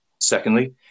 Secondly